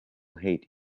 hate